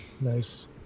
Nice